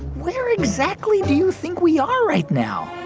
where exactly do you think we are right now?